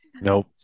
Nope